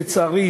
לצערי,